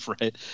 Right